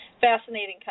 fascinating